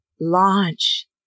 launch